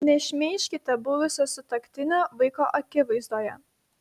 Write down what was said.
nešmeižkite buvusio sutuoktinio vaiko akivaizdoje